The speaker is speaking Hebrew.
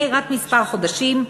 רק מלפני כמה חודשים,